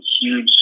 huge